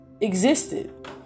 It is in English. existed